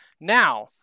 Now